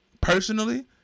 personally